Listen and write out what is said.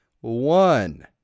one